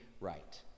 right